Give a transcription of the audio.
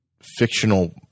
fictional